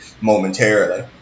momentarily